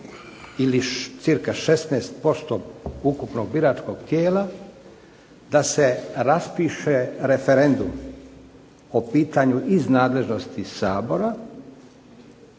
ili cca 16% ukupnog biračkog tijela da se raspiše referendum o pitanju iz nadležnosti Sabora